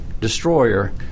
destroyer